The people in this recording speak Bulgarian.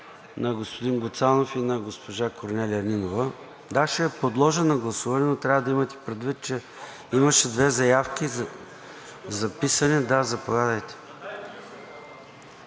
на господин Гуцанов и на госпожа Корнелия Нинова. Аз ще я подложа на гласуване, но трябва да имате предвид, че имаше две записани заявки. Заповядайте.